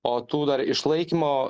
o tų dar išlaikymo